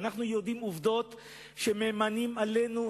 ואנחנו יודעים עובדות שהן מהימנות עלינו,